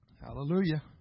Hallelujah